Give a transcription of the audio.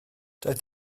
doedd